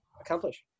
accomplish